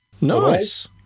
Nice